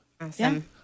Awesome